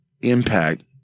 impact